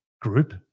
group